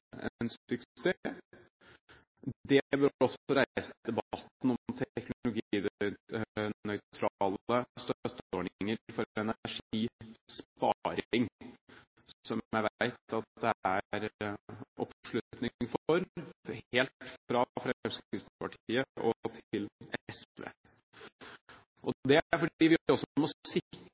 Det bør også reise debatten om teknologinøytrale støtteordninger for energisparing, som jeg vet at det er oppslutning om, helt fra Fremskrittspartiet og til SV. Det er fordi vi